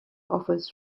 offers